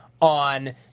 on